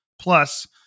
Plus